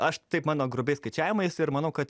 aš taip mano grubiais skaičiavimais ir manau kad